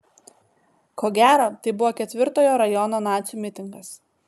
ko gero tai buvo ketvirtojo rajono nacių mitingas